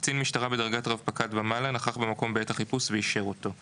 וקצין משטרה בדרגת רב פקד ומעלה נכח במקום בעת החיפוש ואישר אותו,